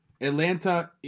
Atlanta